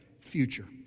Future